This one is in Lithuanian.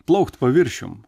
plaukt paviršium